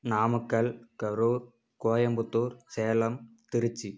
Namakkal Karur Coimbatore Salem Trichy